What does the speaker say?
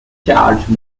charge